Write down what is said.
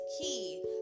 key